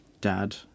dad